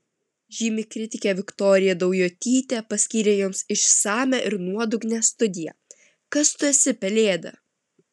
žymi kritikė viktorija daujotytė paskyrė joms išsamią ir nuodugnią studiją kas tu esi pelėda